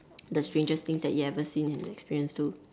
the strangest things that you ever seen and experienced too